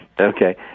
Okay